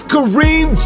Kareem